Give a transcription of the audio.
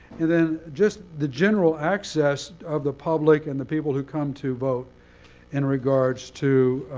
and then just the general access of the public and the people who come to vote in regards to